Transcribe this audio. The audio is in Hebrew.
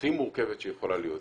הכי מורכבת שיכולה להיות,